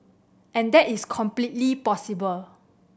and that is completely possible